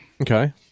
Okay